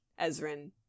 Ezrin